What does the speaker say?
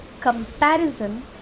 comparison